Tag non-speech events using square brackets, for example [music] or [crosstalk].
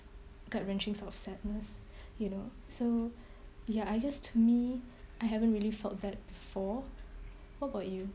gut wrenching sort of sadness [breath] you know so ya I guess to me I haven't really felt that before what about you